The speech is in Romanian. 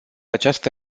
această